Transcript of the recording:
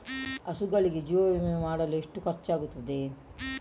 ಹಸುಗಳಿಗೆ ಜೀವ ವಿಮೆ ಮಾಡಲು ಎಷ್ಟು ಖರ್ಚಾಗುತ್ತದೆ?